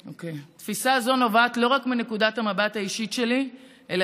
תפיסה זו נובעת לא רק מנקודת המבט האישית שלי אלא